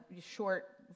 short